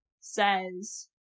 says